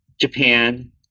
Japan